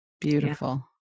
beautiful